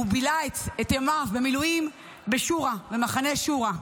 הוא בילה את ימיו במילואים במחנה שורה.